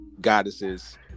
goddesses